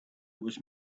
was